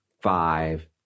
five